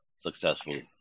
successfully